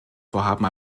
vorhaben